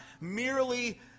merely